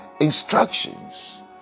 instructions